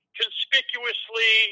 conspicuously